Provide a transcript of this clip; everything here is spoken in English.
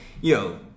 yo